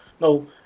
no